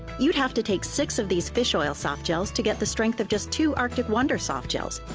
youd have to take six of these fish oil soft gels to get the strength of just two arctic wonder soft gels.